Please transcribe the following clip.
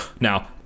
now